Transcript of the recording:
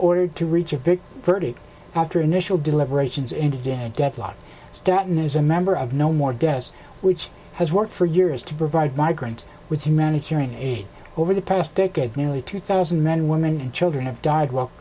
ordered to reach a big thirty after initial deliberations ended in deadlock staton is a member of no more deaths which has worked for years to provide migrant with humanitarian aid over the past decade nearly two thousand men women and children have died w